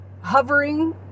hovering